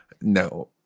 No